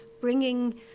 bringing